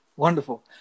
Wonderful